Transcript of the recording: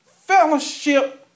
fellowship